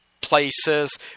places